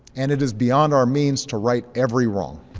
and it is beyond our means to right every wrong.